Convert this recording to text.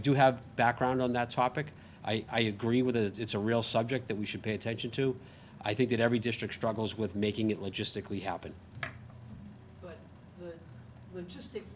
do have background on that topic i agree with that it's a real subject that we should pay attention to i think that every district struggles with making it logistically happen